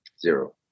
Zero